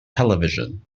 television